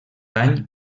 any